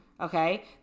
Okay